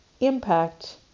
impact